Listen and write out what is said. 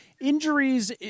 injuries